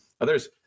others